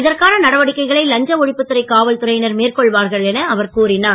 இதற்கான நடவடிக்கைகளை லஞ்ச ஒழிப்பு துறை காவல்துறையினர் மேற்கொள்வார்கள் என தெரிவித்தார்